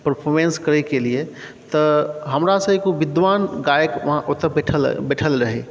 performance करैके लिए तऽ हमरासँ एगो विद्वान गायक वहाँ ओतऽ बैठल रहै